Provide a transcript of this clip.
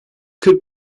kırk